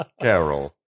Carol